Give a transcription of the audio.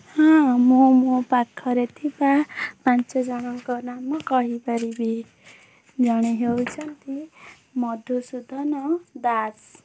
ହଁ ମୁଁ ମୋ ପାଖରେ ଥିବା ପାଞ୍ଚ ଜଣଙ୍କ ନାମ କହିପାରିବି ଜଣେ ହେଉଛନ୍ତି ମଧୁସୂଦନ ଦାସ